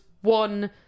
one